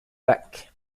bach